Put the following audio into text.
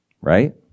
right